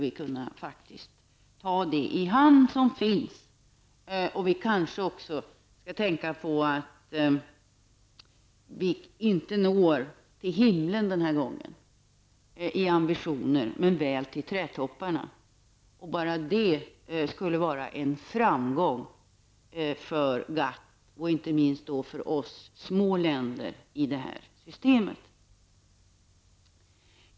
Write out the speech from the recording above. Vi kanske också skall tänka på att vi inte når till himlen den här gången med våra ambitioner, men väl till trädtopparna. Bara det skulle vara en framgång för GATT och inte minst för små länder i detta system.